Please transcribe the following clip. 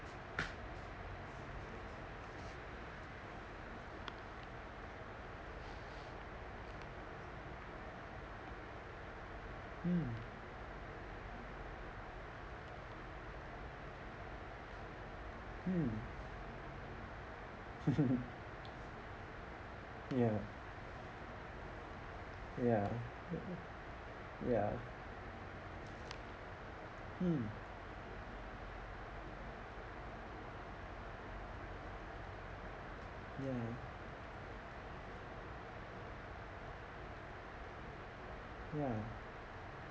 mm mm ya ya ya mm ya ya